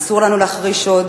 אסור לנו להחריש עוד.